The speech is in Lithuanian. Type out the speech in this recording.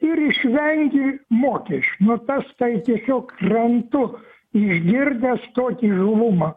ir išvengi mokesčių nu tas tai tiesiog krentu išgirdęs tokį įžūlumą